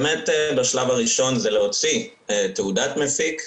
בשלב הראשון זה להוציא תעודת מפיק,